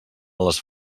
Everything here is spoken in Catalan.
les